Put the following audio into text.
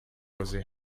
così